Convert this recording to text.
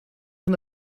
van